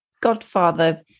Godfather